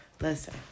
listen